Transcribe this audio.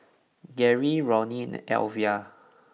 Gary Roni and Elvia